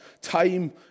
time